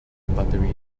buttery